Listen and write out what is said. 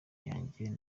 yanjye